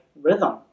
rhythm